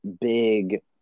big